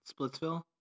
Splitsville